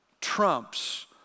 trumps